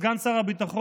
סגן שר הביטחון,